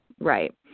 Right